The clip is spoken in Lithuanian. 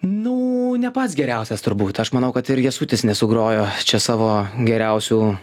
nu ne pats geriausias turbūt aš manau kad ir jasutis nesugrojo čia savo geriausių